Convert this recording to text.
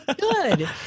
Good